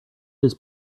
his